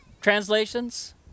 translations